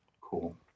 cool